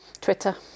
Twitter